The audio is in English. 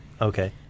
Okay